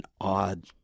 odd